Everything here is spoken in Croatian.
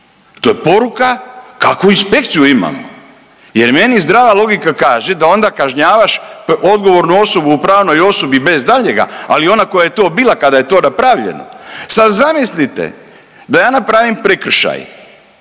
To je poruka kakvu inspekciju imamo jer meni zdrava logika kaže da onda kažnjavaš odgovornu osobu u pravnoj osobi bez daljnjega, ali ona koja je to bila kada je to napravljeno. Sad zamislite da ja napravim prekršaj